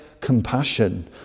compassion